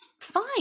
fine